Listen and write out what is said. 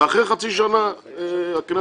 ואחרי חצי שנה הכנסת